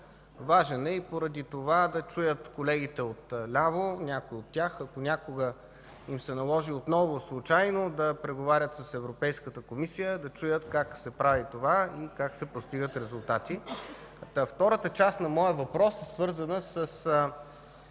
Важен и поради това да чуят колегите отляво – някои от тях, ако някога им се наложи отново случайно да преговарят с Европейската комисия, да чуят как се прави това и как се постигат резултати. Втората част на моя въпрос е свързана с